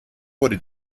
wurde